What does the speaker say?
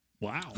Wow